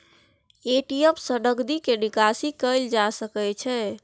ATM सं नकदी के निकासी कैल जा सकै छै